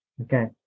Okay